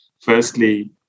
firstly